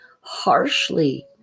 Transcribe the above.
harshly